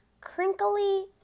crinkly